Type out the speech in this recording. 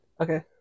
Okay